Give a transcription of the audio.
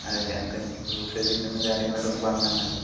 അതെയല്ലേ നമുക്ക് യുസേജ് കിട്ടുന്ന കാര്യങ്ങളൊക്കെ ഒന്ന് പറഞ്ഞ് തന്നാല്